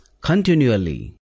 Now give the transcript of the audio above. continually